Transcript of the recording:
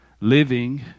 living